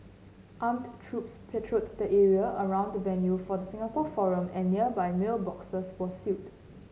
armed troops patrolled the area around the venue for the Singapore forum and nearby mailboxes were sealed